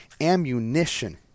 ammunition